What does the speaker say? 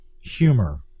humor